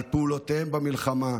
על פעולותיהם במלחמה,